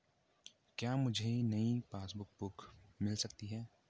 क्या मुझे नयी पासबुक बुक मिल सकती है?